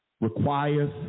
requires